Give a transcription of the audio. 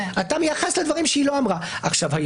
אתה מייחס לה דברים שהיא לא אמרה.